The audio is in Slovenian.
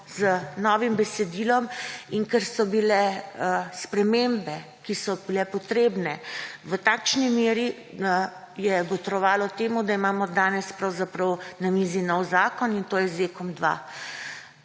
z novim besedilom, in ker so bile spremembe, ki so bile potrebne, v takšni meri, je botrovalo temu, da imamo danes pravzaprav na mizi nov zakon in to je ZKOM-2.